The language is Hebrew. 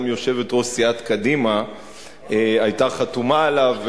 גם יושבת-ראש סיעת קדימה היתה חתומה עליו,